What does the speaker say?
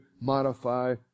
modify